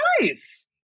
nice